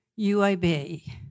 UAB